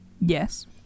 Yes